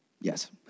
yes